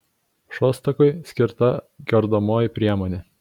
šostakui skirta kardomoji priemonė